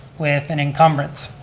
with an encumbrance.